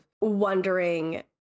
wondering